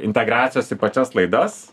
integracijos į pačias laidas